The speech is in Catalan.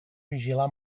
vigilar